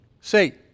Say